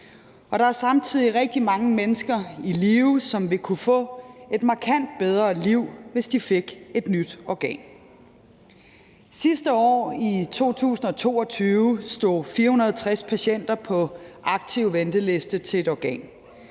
der er samtidig rigtig mange mennesker i live, som ville kunne få et markant bedre liv, hvis de fik et nyt organ. Sidste år, i 2022, stod 460 patienter på aktiv venteliste til et organ.